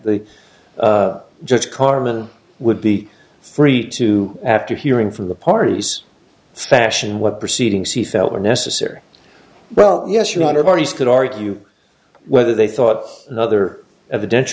the judge carmen would be free to after hearing from the parties fashion what proceedings he felt were necessary well yes your honor bodies could argue whether they thought another eviden